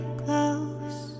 close